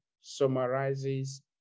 summarizes